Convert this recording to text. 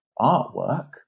artwork